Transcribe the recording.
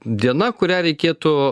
diena kurią reikėtų